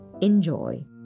Enjoy